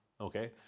okay